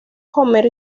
homer